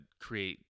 create